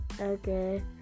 Okay